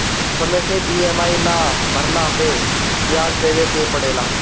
समय से इ.एम.आई ना भरला पअ बियाज देवे के पड़ेला